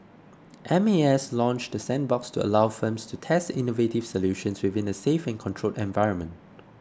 M A S launched the sandbox to allow firms to test innovative solutions within a safe and controlled environment